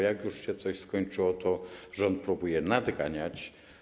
Jak już się coś skończyło, to rząd próbuje nadganiać.